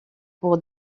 pour